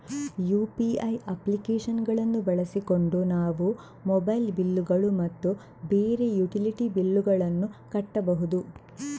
UPI application ಗಳನ್ನು ಬಳಸಿಕೊಂಡು ನಾವು ಮೊಬೈಲ್ ಬಿಲ್ ಗಳು ಮತ್ತು ಬೇರೆ ಯುಟಿಲಿಟಿ ಬಿಲ್ ಗಳನ್ನು ಕಟ್ಟಬಹುದು